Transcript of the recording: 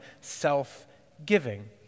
self-giving